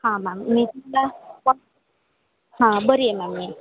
हां मॅम मी तुम्हाला हां बरी आहे मॅम मी